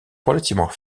relativement